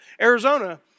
Arizona